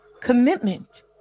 commitment